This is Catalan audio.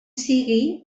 sigui